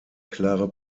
klare